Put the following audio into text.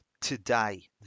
today